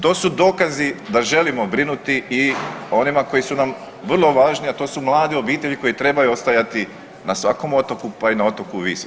To su dokazi da želimo brinuti i o onima kojima su nam vrlo važni a to su mlade obitelji koje trebaju ostajati na svakom otoku pa i na otoku Visu.